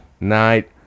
night